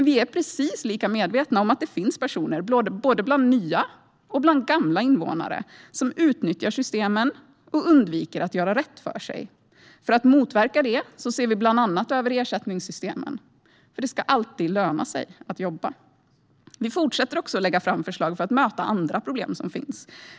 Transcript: Vi är dock medvetna om att det finns personer bland både nya och gamla invånare som utnyttjar systemen och undviker att göra rätt för sig. För att motverka det ser vi bland annat över ersättningssystemen. Det ska alltid löna sig att jobba. Vi fortsätter också att lägga fram förslag för att möta andra problem som finns.